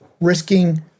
risking